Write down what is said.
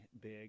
big